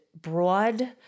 broad